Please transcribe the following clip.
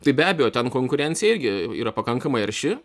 tai be abejo ten konkurencija irgi yra pakankamai arši